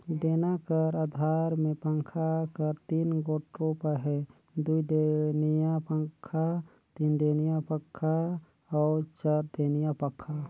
डेना कर अधार मे पंखा कर तीन गोट रूप अहे दुईडेनिया पखा, तीनडेनिया पखा अउ चरडेनिया पखा